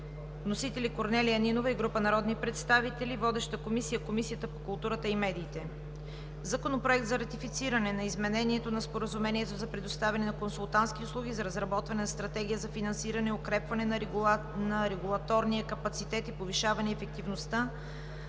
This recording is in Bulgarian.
Вносители са Корнелия Нинова и група народни представители. Водеща е Комисията по културата и медиите; - Законопроект за ратифициране на изменение на Споразумението за предоставяне на консултантски услуги за разработване на Стратегия за финансиране, укрепване на регулаторния капацитет и повишаване ефективността